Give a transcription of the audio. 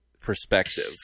perspective